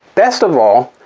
best of all,